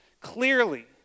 Clearly